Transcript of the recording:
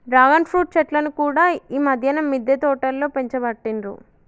dragon fruit చెట్లను కూడా ఈ మధ్యన మిద్దె తోటలో పెంచబట్టిండ్రు